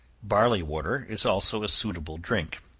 barley water is also a suitable drink.